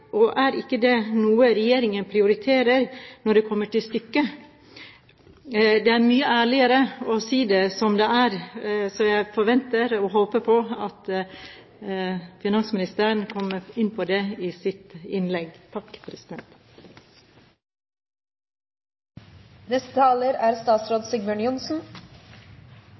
noe regjeringen prioriterer når det kommer til stykket? Det er mye ærligere å si det som det er, så jeg forventer og håper på at finansministeren kommer inn på det i sitt innlegg.